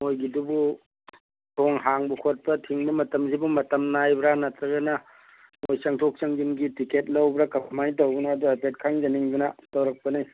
ꯃꯈꯣꯏꯒꯤꯗꯨꯕꯨ ꯊꯣꯡ ꯍꯥꯡꯕ ꯈꯣꯠꯄ ꯊꯤꯡꯕ ꯃꯇꯝꯁꯤꯕꯨ ꯃꯇꯝ ꯅꯥꯏꯕ꯭ꯔꯥ ꯅꯠꯇ꯭ꯔꯒꯅ ꯃꯈꯣꯏ ꯆꯪꯊꯣꯛ ꯆꯪꯁꯤꯟꯒꯤ ꯇꯤꯀꯦꯠ ꯂꯧꯕ꯭ꯔꯥ ꯀꯃꯥꯏꯅ ꯇꯧꯕꯅꯣ ꯑꯗꯨ ꯍꯥꯏꯐꯦꯠ ꯈꯪꯖꯅꯤꯡꯗꯅ ꯇꯧꯔꯛꯄꯅꯦ